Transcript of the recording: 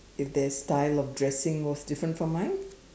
if their style of dressing was different from mine